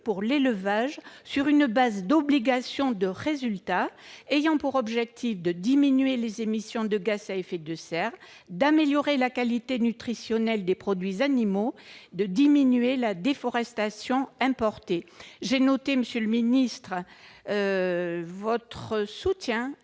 pour l'élevage sur une base d'obligation de résultat. Les objectifs seraient la diminution des émissions de gaz à effet de serre, l'amélioration de la qualité nutritionnelle des produits animaux et la diminution de la déforestation importée. J'ai noté, monsieur le ministre, votre soutien